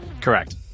Correct